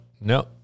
no